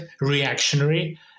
reactionary